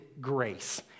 grace